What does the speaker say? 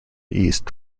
east